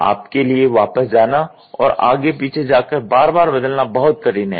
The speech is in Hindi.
आपके लिए वापस जाना और आगे पीछे जाकर बार बार बदलना बहुत कठिन है